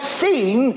seen